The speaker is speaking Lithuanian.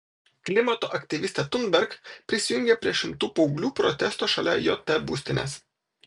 klimato aktyvistė thunberg prisijungė prie šimtų paauglių protesto šalia jt būstinės